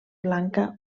blanca